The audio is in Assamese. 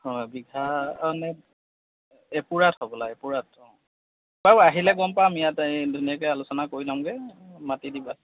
হয় বিঘা এনেই এপুৰাত হ'বলা এপুৰাত অঁ চব আহিলে গম পাম ইয়াত এই ধুনীয়াকৈ আলোচনা কৰি ল'মগৈ মাতি দিবা